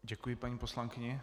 Děkuji paní poslankyni.